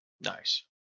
Nice